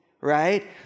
right